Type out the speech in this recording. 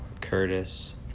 Curtis